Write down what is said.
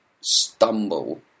stumble –